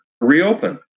reopen